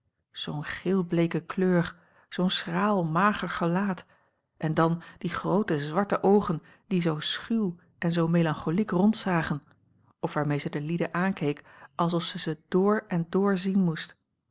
jammerlijk zoo'n geelbleeke kleur zoo'n schraal mager gelaat en dan die groote zwarte oogen die zoo schuw en zoo melancholiek rondzagen of waarmee ze de lieden aankeek alsof zij ze door en door zien moest